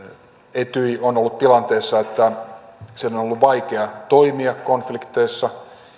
etyj on ollut tilanteessa jossa sen on ollut vaikea toimia konflikteissa